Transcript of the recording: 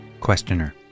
questioner